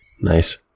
Nice